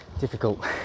difficult